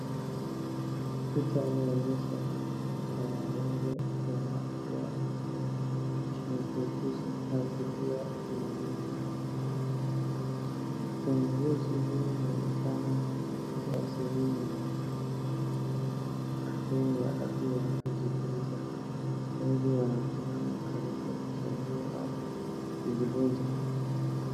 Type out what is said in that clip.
Picha inaonyesha mtaalamu wa afya akichunguza masikio ya mwanaume, uchunguzi huu huonekana kwa sehemu ya kigeni ya afya ya kusikiliza wengi wanasimama karibu kusaidia au kujifunza.